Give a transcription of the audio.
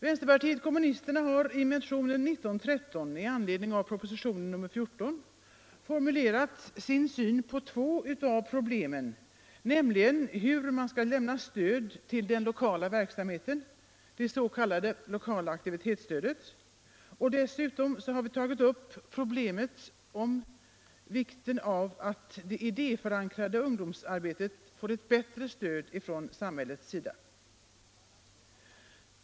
Vänsterpartiet kommunisterna har i motionen 1913 i anledning av propositionen 14 formulerat sin syn på två av problemen, nämligen hur man skall lämna stöd till den lokala verksamheten — det s.k. lokala aktivitetsstödet — och dessutom har vi tagit upp problemet om vikten av att det idéförankrade ungdomsarbetet får ett bättre stöd från samhällets sida.